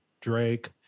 Drake